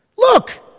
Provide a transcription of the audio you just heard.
Look